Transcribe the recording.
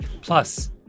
Plus